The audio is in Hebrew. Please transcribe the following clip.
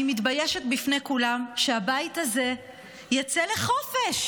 אני מתביישת בפני כולם שהבית הזה יצא לחופש